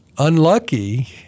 unlucky